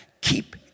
keep